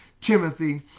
Timothy